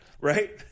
right